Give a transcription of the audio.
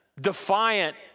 defiant